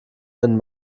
einen